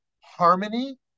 harmony